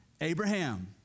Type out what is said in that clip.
Abraham